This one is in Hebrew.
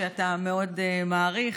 שאתה מאוד מעריך,